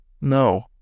No